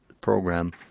program